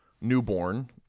newborn